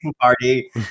party